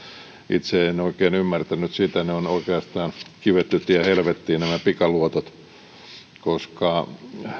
itse en en oikein ymmärtänyt sitä nämä pikaluotot ovat oikeastaan kivetty tie helvettiin koska